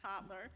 toddler